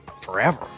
forever